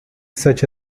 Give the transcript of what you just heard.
such